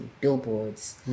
billboards